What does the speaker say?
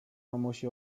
mamusi